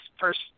first